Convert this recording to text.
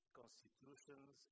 constitutions